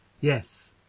Yes